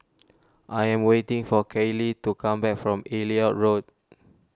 I am waiting for Kailey to come back from Elliot Road